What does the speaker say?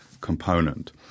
component